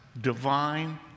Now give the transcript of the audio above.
divine